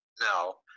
No